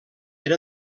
era